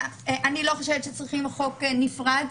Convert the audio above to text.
אני לא חושבת שצריכים חוק נפרד,